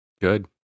Good